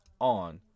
on